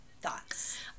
thoughts